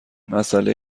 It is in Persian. مساله